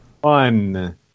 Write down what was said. One